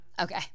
Okay